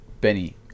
Benny